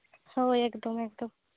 ᱦᱳᱭ ᱮᱠᱫᱚᱢ ᱮᱠᱫᱚᱢ